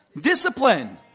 Discipline